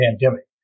pandemic